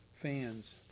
fans